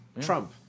Trump